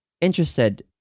interested